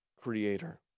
creator